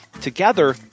Together